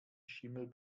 schimmel